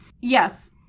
Yes